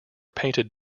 painted